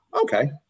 okay